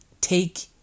take